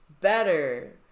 better